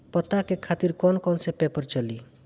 पता के खातिर कौन कौन सा पेपर चली?